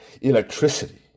electricity